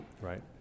right